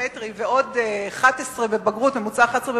בפסיכומטרי וממוצע 11 בבגרות.